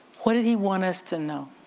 what did he want us to know?